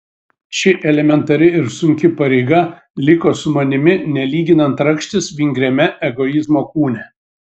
ši elementari ir sunki pareiga liko su manimi nelyginant rakštis vingriame egoizmo kūne